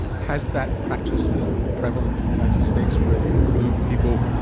has that practice been prevalent in the united states where you remove people,